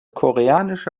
koreanische